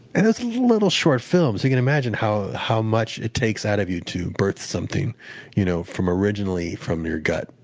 and it's a little, short film. so you can imagine how how much it takes out of you to birth something you know from originally from your gut.